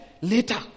later